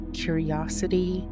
curiosity